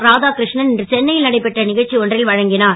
ராதாகிருஷ்ணன் இன்று சென்னையில் நடைபெற்ற நிகழ்ச்சி ஒன்றில் வழங்கினார்